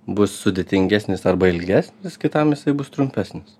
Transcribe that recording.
bus sudėtingesnis arba ilgesnis kitam jisai bus trumpesnis